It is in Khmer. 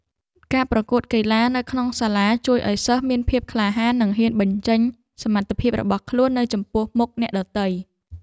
ការប្រកួតកីឡានៅក្នុងសាលាជួយឱ្យសិស្សមានភាពក្លាហាននិងហ៊ានបញ្ចេញសមត្ថភាពរបស់ខ្លួននៅចំពោះមុខអ្នកដទៃ។